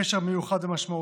קשר מיוחד ומשמעותי.